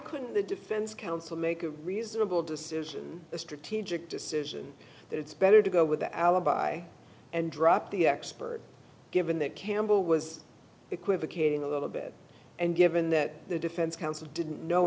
couldn't the defense counts to make a reasonable decision a strategic decision that it's better to go with the alibi and drop the expert given that campbell was equivocating a little bit and given that the defense counsel didn't know